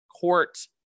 Court